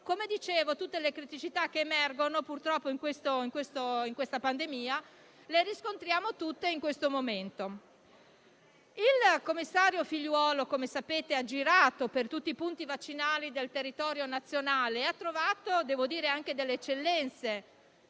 Come dicevo, le criticità che purtroppo sono emerse in questa pandemia le riscontriamo tutte in questo momento. Il commissario Figliuolo, come sapete, ha girato per tutti i punti vaccinali del territorio nazionale e ha trovato anche delle eccellenze,